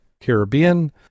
Caribbean